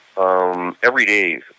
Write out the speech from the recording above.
Everyday